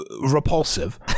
Repulsive